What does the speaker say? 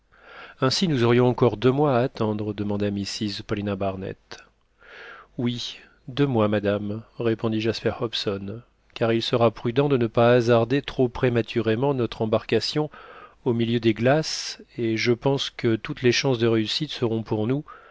ainsi nous aurions encore deux mois à attendre demanda mrs paulina barnett oui deux mois madame répondit jasper hobson car il sera prudent de ne pas hasarder trop prématurément notre embarcation au milieu des glaces et je pense que toutes les chances de réussite seront pour nous